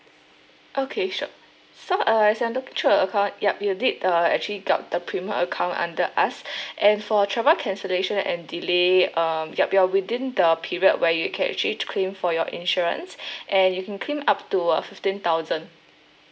okay sure so uh as I look through your account yup you did uh actually got the premium account under us and for travel cancellation and delay um yup you're within the period where you can actually claim for your insurance and you can claim up to uh fifteen thousand